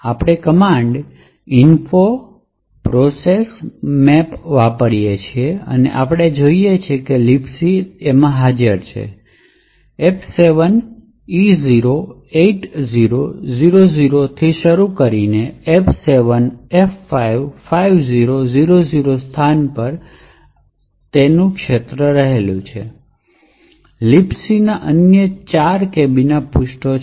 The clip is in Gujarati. આપણે command gdb info proc map વાપરીને કરીએ છીએ અને આપણે જોઈએ છીએ કે લિબસી હાજર છે F7E08000 થી શરૂ કરી ને F7FB5000 સ્થાન પર અને તે જ રીતે અન્ય ક્ષેત્રો છે લિબીકનાં અન્ય 4 KB પૃષ્ઠો છે